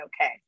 okay